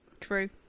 true